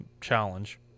challenge